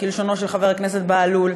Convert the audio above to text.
כלשונו של חבר הכנסת בהלול,